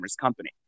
company